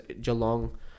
Geelong